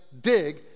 dig